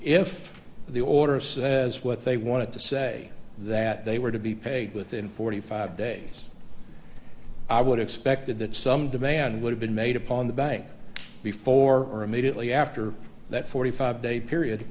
if the order says what they wanted to say that they were to be paid within forty five dollars days i would expected that some demand would have been made upon the bank before or immediately after that forty five dollars day period